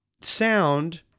sound